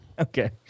Okay